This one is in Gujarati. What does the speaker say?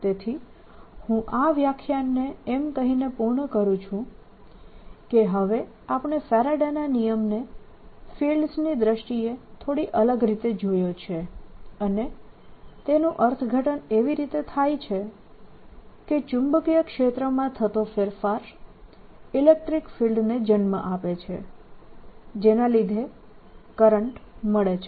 તેથી હું આ વ્યાખ્યાનને એમ કહીને પૂર્ણ કરૂ છું કે હવે આપણે ફેરાડેના નિયમને ફિલ્ડ્સની દ્રષ્ટિએ થોડી અલગ રીતે જોયો છે અને તેનું અર્થઘટન એવી રીતે થાય છે કે ચુંબકીય ક્ષેત્રમાં થતો ફેરફાર ઇલેક્ટ્રીક ફિલ્ડને જન્મ આપે છે જેના લીધે કરંટ મળે છે